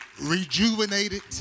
rejuvenated